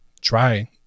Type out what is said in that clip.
try